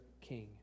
king